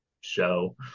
show